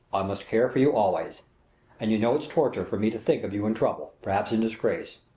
i must care for you always and you know it's torture for me to think of you in trouble perhaps in disgrace.